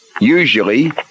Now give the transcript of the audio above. Usually